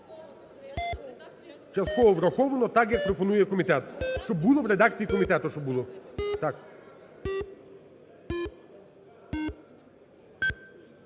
Частково враховано так як пропонує комітет, щоб було в редакції комітету,